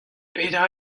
petra